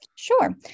Sure